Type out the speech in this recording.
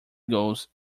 goes